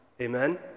Amen